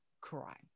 cry